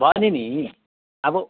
भने नि अब